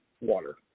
water